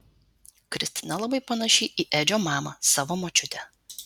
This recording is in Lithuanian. kristina labai panaši į edžio mamą savo močiutę